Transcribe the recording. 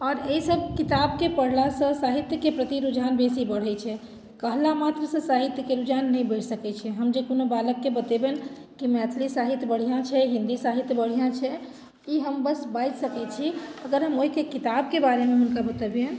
आओर एहि सभ किताबके पढ़लासँ साहित्यके प्रति रुझान बेसी बढ़ैत छै कहला मात्रसँ साहित्यके रुझान नहि बढ़ि सकैत छै हम जे कोनो बालकके बतैबनि कि मैथिली साहित्य बढ़िआँ छै हिन्दी साहित्य बढ़िआँ छै तऽ ई हम बस बाजि सकैत छी अगर हम ओहिके किताबके बारेमे हुनका बतबियैन